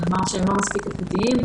נאמר שהם לא מספיק איכותיים.